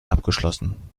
abgeschlossen